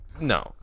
no